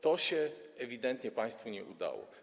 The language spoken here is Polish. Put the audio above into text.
To się ewidentnie państwu nie udało.